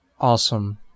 awesome